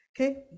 okay